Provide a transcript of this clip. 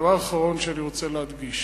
דבר אחרון שאני רוצה להדגיש.